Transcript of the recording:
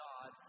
God